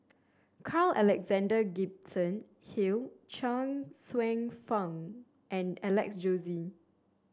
Carl Alexander Gibson Hill Chuang Hsueh Fang and Alex Josey